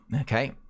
Okay